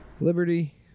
Liberty